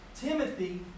Timothy